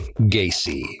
Gacy